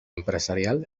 empresarial